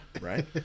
right